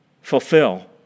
fulfill